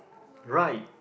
right